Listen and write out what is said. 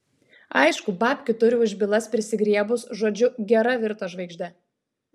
aišku babkių turi už bylas prisigriebus žodžiu gera virto žvaigžde